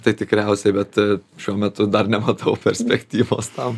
tai tikriausiai bet šiuo metu dar nematau perspektyvos tam